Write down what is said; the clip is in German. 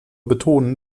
betonen